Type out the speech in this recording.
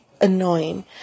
annoying